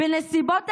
"בנסיבות העניין,